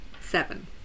Seven